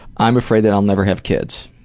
i'm afraid that i'll never have kids.